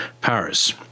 Paris